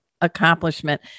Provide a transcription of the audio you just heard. accomplishment